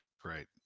great